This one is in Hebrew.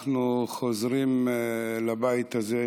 אנחנו חוזרים לבית הזה,